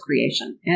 creation